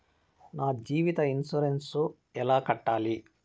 నా జీవిత ఇన్సూరెన్సు ఎలా కట్టాలి?